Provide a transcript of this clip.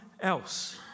else